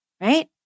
Right